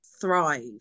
thrive